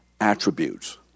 attributes